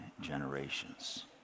generations